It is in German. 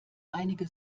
einige